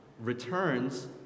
returns